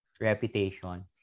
reputation